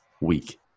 week